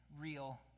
real